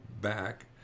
back